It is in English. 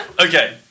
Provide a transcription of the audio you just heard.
Okay